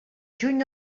juny